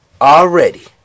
Already